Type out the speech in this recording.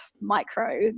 micro